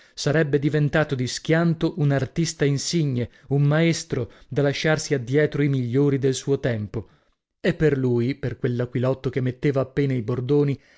sarebbe diventato di schianto un artista insigne un maestro da lasciarsi addietro i migliori del suo tempo e per lui per quell'aquilotto che metteva appena i bordoni